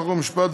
חוק ומשפט,